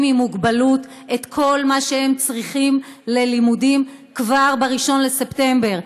עם מוגבלות את כל מה שהם צריכים ללימודים כבר ב-1 בספטמבר,